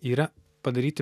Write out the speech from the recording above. yra padaryti